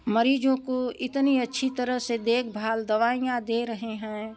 मरीजों को इतनी अच्छी तरह से देखभाल दवाइयाँ दे रहे हैं